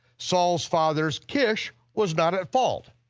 saul's father kish was not at fault.